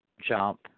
jump